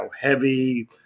heavy